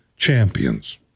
champions